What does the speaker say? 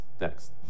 next